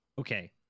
okay